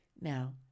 Now